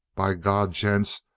by god, gents,